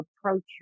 approach